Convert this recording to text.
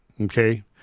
okay